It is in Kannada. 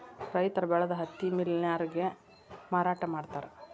ರೈತರ ಬೆಳದ ಹತ್ತಿ ಮಿಲ್ ನ್ಯಾರಗೆ ಮಾರಾಟಾ ಮಾಡ್ತಾರ